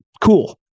cool